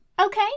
okay